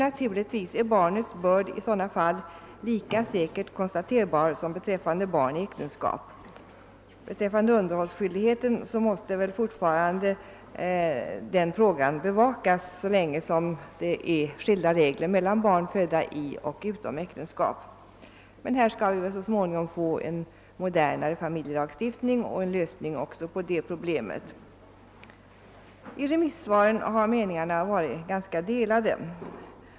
Naturligtvis är barnets börd i sådana fall lika säkert konstaterbar som beträffande barn i äktenskap. I fråga om underhållningsskyldigheten måste fortfarande den saken bevakas, så länge det föreligger skilda regler mellan barn födda i och utom äktenskapet. Här får vi väl så småningom en modernare familjelagstiftning och en lösning också på detta problem. I remissvaren har meningarna varit ganska delade.